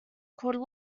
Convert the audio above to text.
called